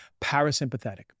Parasympathetic